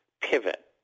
pivot